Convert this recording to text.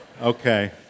okay